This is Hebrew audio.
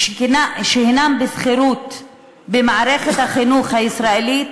שהן בשכירות במערכת החינוך הישראלית